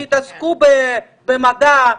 שיתעסקו במדע,